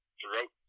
throughout